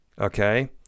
okay